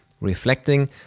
reflecting